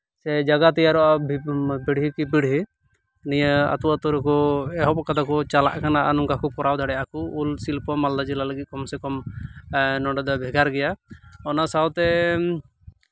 ᱥᱮ ᱡᱟᱭᱜᱟ ᱛᱮᱭᱟᱨᱚᱜᱼᱟ ᱯᱤᱲᱦᱤ ᱠᱮ ᱯᱤᱲᱦᱤ ᱱᱤᱭᱟᱹ ᱟᱹᱛᱩ ᱟᱹᱛᱩ ᱨᱮᱠᱚ ᱮᱦᱚᱵ ᱠᱟᱫᱟ ᱠᱚ ᱪᱟᱞᱟᱜ ᱠᱟᱱᱟ ᱟᱨ ᱱᱚᱝᱠᱟ ᱠᱚ ᱠᱚᱨᱟᱣ ᱫᱟᱲᱮᱭᱟᱜᱼᱟ ᱠᱚ ᱩᱞ ᱥᱤᱞᱯᱚ ᱢᱟᱞᱫᱟ ᱡᱮᱞᱟ ᱞᱟᱹᱜᱤᱫ ᱛᱮ ᱠᱚᱢ ᱥᱮ ᱠᱚᱢ ᱱᱚᱸᱰᱮ ᱫᱚ ᱵᱷᱮᱜᱟᱨ ᱜᱮᱭᱟ ᱚᱱᱟ ᱥᱟᱶᱛᱮ